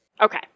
Okay